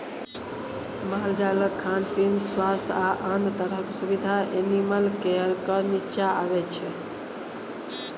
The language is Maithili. मालजालक खान पीन, स्वास्थ्य आ आन तरहक सुबिधा एनिमल केयरक नीच्चाँ अबै छै